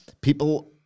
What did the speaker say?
People